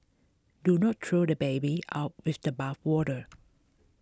do not throw the baby out with the bathwater